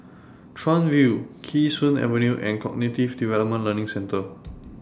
Chuan View Kee Sun Avenue and The Cognitive Development Learning Centre